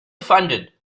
funded